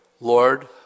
Lord